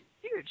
Huge